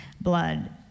blood